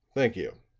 thank you.